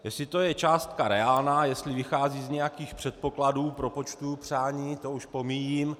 Jestli to je částka reálná, jestli vychází z nějakých předpokladů, propočtů, přání, to už pomíjím.